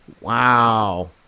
Wow